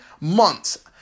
months